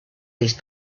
those